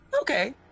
Okay